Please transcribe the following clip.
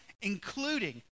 including